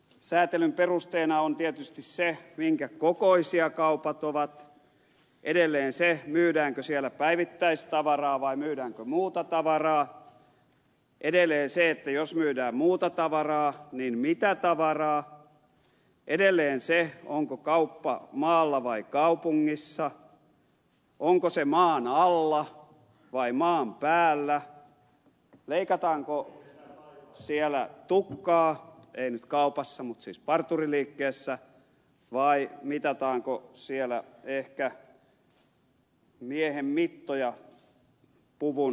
säätelyn perusteena on tietysti se minkä kokoisia kaupat ovat edelleen se myydäänkö siellä päivittäistavaraa vai myydäänkö muuta tavaraa edelleen se että jos myydään muuta tavaraa niin mitä tavaraa edelleen se onko kauppa maalla vai kaupungissa onko se maan alla vai maan päällä leikataanko siellä tukkaa ei nyt kaupassa mutta siis parturiliikkeessä vai mitataanko siellä ehkä miehen mittoja puvun hankintaa varten